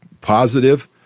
positive